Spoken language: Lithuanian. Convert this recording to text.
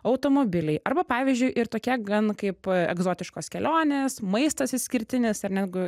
automobiliai arba pavyzdžiui ir tokia gan kaip egzotiškos kelionės maistas išskirtinis ar negu